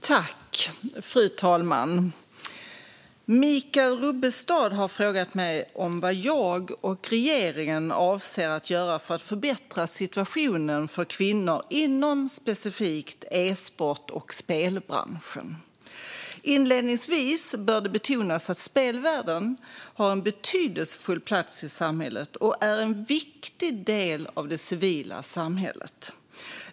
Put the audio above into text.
Svar på interpellationer Fru talman! Michael Rubbestad har frågat mig om vad jag och regeringen avser att göra för att förbättra situationen för kvinnor inom specifikt e-sport och spelbranschen. Inledningsvis bör det betonas att spelvärlden har en betydelsefull plats i samhället och är en viktig del av det civila samhället.